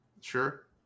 Sure